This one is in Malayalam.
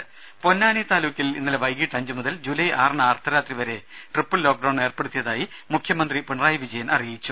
രുമ പൊന്നാനി താലൂക്കിൽ ഇന്നലെ വൈകിട്ട് അഞ്ചുമുതൽ ജൂലൈ ആറിന് അർധരാത്രി വരെ ട്രിപ്പിൾ ലോക്ക്ഡൌൺ ഏർപ്പെടുത്തിയതായി മുഖ്യമന്ത്രി പിണറായി വിജയൻ അറിയിച്ചു